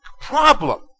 Problem